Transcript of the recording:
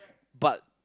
but